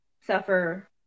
suffer